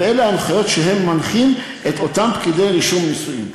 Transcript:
ואלה הנחיות שהם מנחים את אותם פקידי רישום נישואין.